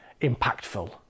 impactful